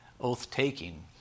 oath-taking